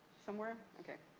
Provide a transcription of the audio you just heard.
somewhere? okay.